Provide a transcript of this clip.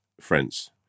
friends